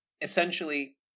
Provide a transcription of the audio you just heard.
essentially